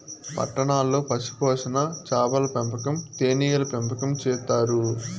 పట్టణాల్లో పశుపోషణ, చాపల పెంపకం, తేనీగల పెంపకం చేత్తారు